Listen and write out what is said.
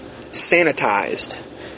sanitized